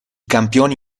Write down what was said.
campioni